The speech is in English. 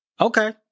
Okay